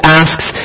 asks